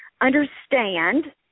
understand